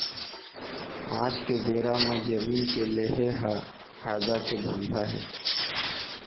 आज के बेरा म जमीन के लेहे ह फायदा के धंधा हे